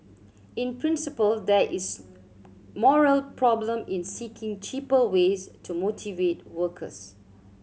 in principle there is moral problem in seeking cheaper ways to motivate workers